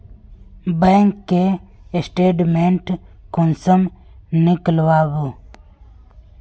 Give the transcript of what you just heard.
Bank के statement कुंसम नीकलावो?